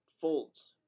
folds